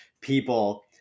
people